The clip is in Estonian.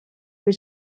kui